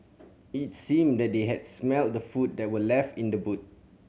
it seemed that they had smelt the food that were left in the boot